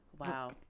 wow